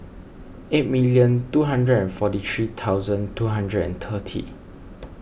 eight million two hundred and forty three thousand two hundred and thirty